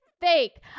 fake